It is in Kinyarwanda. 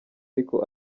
ariko